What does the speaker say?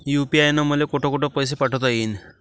UPI न मले कोठ कोठ पैसे पाठवता येईन?